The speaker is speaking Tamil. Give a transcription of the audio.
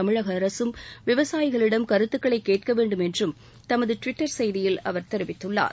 தமிழக அரசும் விவசாயிகளிடம் கருத்துக்களை கேட்க வேண்டும் என்றும் தனது ட்விட்டர் செய்தியில் அவர் தெரிவித்துள்ளார்